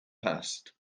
past